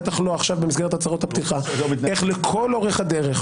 בטח לא עכשיו במסגרת הצהרות הפתיחה לכל אורך הדרך,